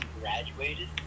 graduated